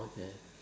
okay